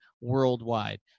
worldwide